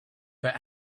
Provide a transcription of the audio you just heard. but